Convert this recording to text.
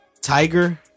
Tiger